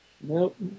Nope